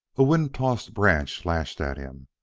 a wind-tossed branch lashed at him.